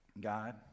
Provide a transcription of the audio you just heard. God